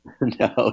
No